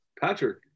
Patrick